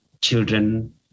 children